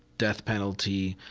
death penalty.